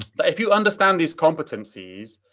but if you understand these competencies,